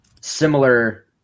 similar –